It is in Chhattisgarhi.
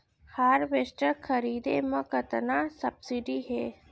हारवेस्टर खरीदे म कतना सब्सिडी हे?